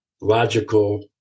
logical